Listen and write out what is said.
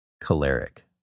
choleric